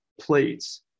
plates